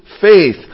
faith